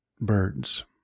birds